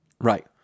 right